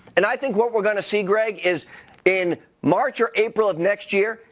and i think what we're going to see, greg, is in march or april of next year,